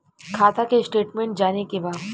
खाता के स्टेटमेंट जाने के बा?